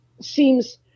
seems